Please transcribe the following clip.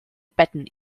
betten